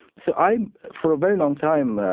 so i, for a very long time,